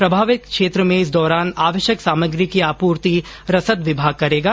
प्रभावित क्षेत्र में इस दौरान आवश्यक सामग्री की आपूर्ति रसद विभाग करेगा